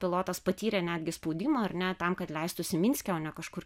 pilotas patyrė netgi spaudimą ar ne tam kad leistųsi minske o ne kažkur